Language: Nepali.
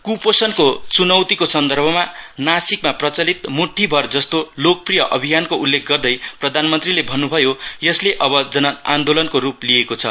कुपोषणको चुनौतिको सन्द्र्दभमा नासिकमा प्रचलित मुट्टी भर जस्तो लोकप्रिय अभियानको उल्लेख गर्दै प्रधानमन्त्रीले भन्नभयो यसले अब जन आन्दोलनको रूप लिएको छ